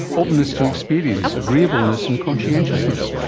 openness to experience, agreeableness and conscientiousness?